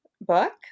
book